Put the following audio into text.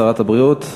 שרת הבריאות,